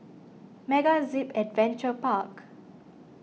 MegaZip Adventure Park